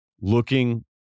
looking